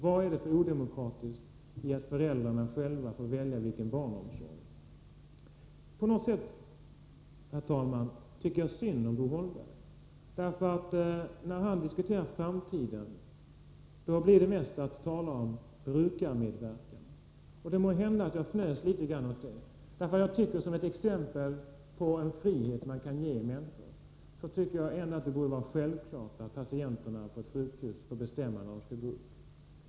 Vad är det för odemokratiskt i att föräldrarna själva får välja vilken barnomsorg de vill ha? Herr talman! På något sätt tycker jag synd om Bo Holmberg. När han diskuterar framtiden, då talar han mest om brukarmedverkan. Det må så vara att jag fnös litet grand åt det. Ett exempel på frihet för människor är att det borde vara självklart att patienterna på ett sjukhus får bestämma när de skall gå upp.